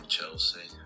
Chelsea